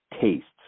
tastes